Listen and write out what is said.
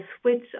switch